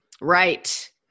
Right